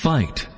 Fight